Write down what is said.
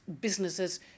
businesses